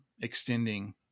extending